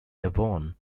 avon